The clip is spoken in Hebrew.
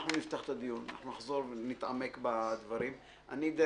אנחנו נפתח את הדיון, אנחנו נחזור ונתעמק בדברים.